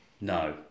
No